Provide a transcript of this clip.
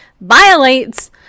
violates